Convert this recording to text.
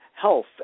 health